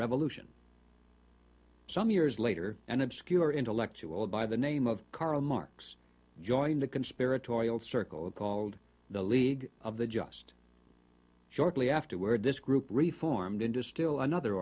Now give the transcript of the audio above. revolution some years later an obscure intellectual by the name of karl marx joined the conspiratorial circle and called the league of the just shortly afterward this group reformed into still another